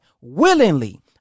willingly